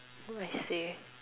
what I say